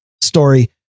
story